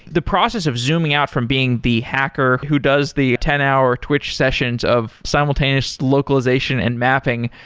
the process of zooming out from being the hacker who does the ten hour or twitch sessions of simultaneous localization and mapping,